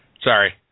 Sorry